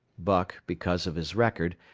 buck, because of his record,